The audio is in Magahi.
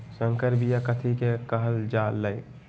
संकर बिया कथि के कहल जा लई?